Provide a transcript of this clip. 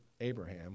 Abraham